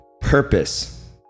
purpose